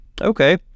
Okay